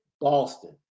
Boston